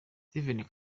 steven